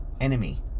enemy